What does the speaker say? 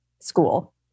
school